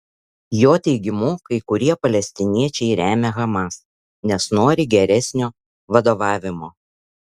jo teigimu kai kurie palestiniečiai remia hamas nes nori geresnio vadovavimo